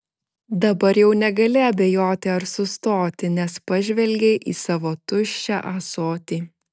dabar jau negali abejoti ar sustoti nes pažvelgei į savo tuščią ąsotį